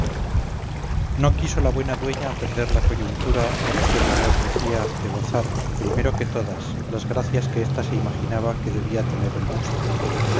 no quiso la buena dueña perder la coyuntura que la suerte le ofrecía de gozar primero que todas las gracias que ésta se imaginaba que debía tener el músico